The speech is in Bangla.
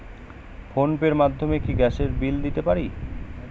ফোন পে র মাধ্যমে কি গ্যাসের বিল দিতে পারি?